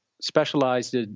specialized